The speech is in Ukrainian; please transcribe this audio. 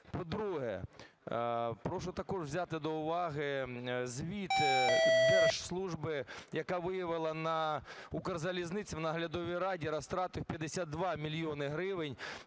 По-друге, прошу також взяти до уваги звіт держслужби, яка виявила на Укрзалізниці в наглядовій раді розтрати в 52 мільйони гривень,